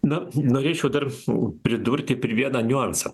na norėčiau dar pridurti pri vieną niuansą